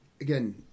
again